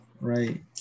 right